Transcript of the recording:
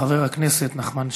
חבר הכנסת נחמן שי,